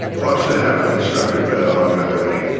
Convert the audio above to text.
wants to have a constructive dialogue, i'm ready.